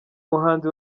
muhanzi